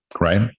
right